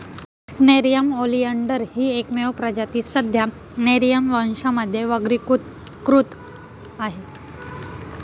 Nerium oleander ही एकमेव प्रजाती सध्या नेरिअम वंशामध्ये वर्गीकृत आहे